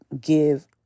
give